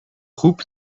groep